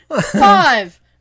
five